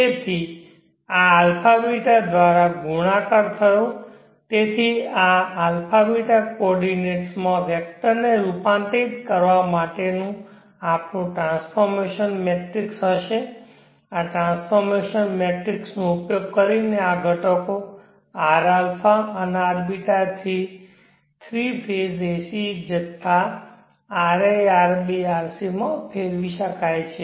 તેથી આ αβ દ્વારા ગુણાકાર થયો તેથી આ αβ કોઓર્ડિનેટ્સમાં વેક્ટરને રૂપાંતરિત કરવા માટેનું આપણું ટ્રાન્સફોર્મેશન મેટ્રિક્સ હશે આ ટ્રાન્સફોર્મેશન મેટ્રિક્સ નો ઉપયોગ કરીને ઘટકો rα અને rβ થ્રી ફેઝ એસી જથ્થા ra rb rc માં ફેરવી શકાય છે